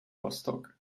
rostock